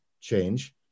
change